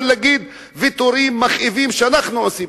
להגיד "הוויתורים המכאיבים שאנחנו עושים".